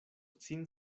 sin